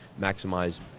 maximize